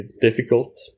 difficult